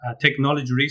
technology